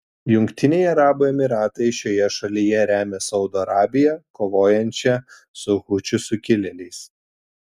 jungtiniai arabų emyratai šioje šalyje remia saudo arabiją kovojančią su hučių sukilėliais